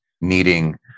needing